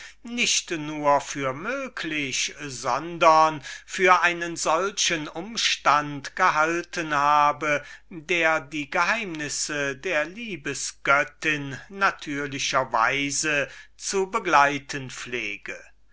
nicht nur für möglich sondern für einen solchen umstand gehalten habe der die geheimnisse der liebesgöttin natürlicher weise zu begleiten pflege